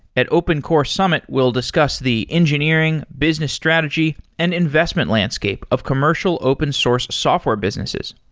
at open core summ it, we' ll discuss the engineering, business strategy and investment landscape of commercial open source software businesses.